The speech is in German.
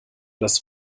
das